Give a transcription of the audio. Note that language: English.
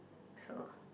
so